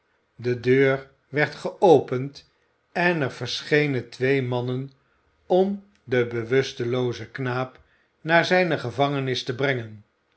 de deur werd geopend en er verschenen twee mannen om den bewusteloozen knaap naar zijne gevangenis te brengen